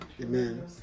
amen